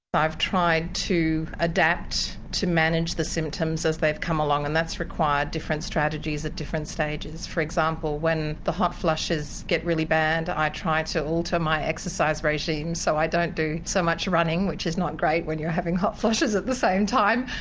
i've tried to adapt to manage the symptoms as they've come along and that's required different strategies at different stages. for example when the hot flushes get really bad i try to alter my exercise regime so i don't do so much running which is not great when you're having hot flushes at the same time.